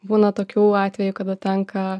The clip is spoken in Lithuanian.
būna tokių atvejų kada tenka